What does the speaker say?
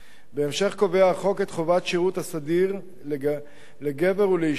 בהמשך קובע החוק את חובת השירות הסדיר לגבר ולאשה,